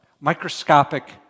microscopic